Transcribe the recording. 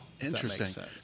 Interesting